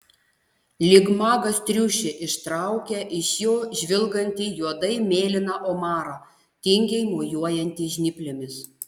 lyg magas triušį ištraukia iš jo žvilgantį juodai mėlyną omarą tingiai mojuojantį žnyplėmis